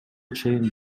чейин